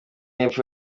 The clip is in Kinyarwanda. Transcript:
y’epfo